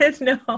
no